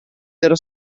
della